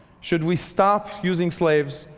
should we stop using slaves?